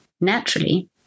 Naturally